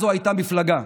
אז זו הייתה מפלגה,